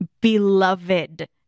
beloved